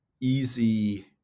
easy